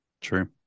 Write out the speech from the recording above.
True